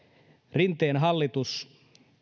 rinteen hallitus